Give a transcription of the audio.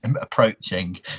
approaching